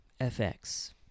FX